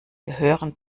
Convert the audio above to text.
gehören